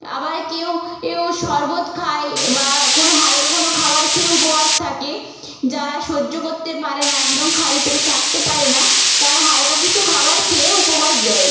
আবার কেউ কেউ শরবত খায় বা কোনো হালকা কোনো খাবার খেয়েও উপবাস থাকে যারা সহ্য করতে পারে না একদম খালি পেটে থাকতে পারে না তারা হালকা কিছু খাবার খেয়েও উপবাস দেয়